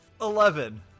Eleven